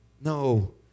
no